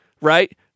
right